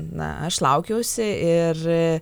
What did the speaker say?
na aš laukiausi ir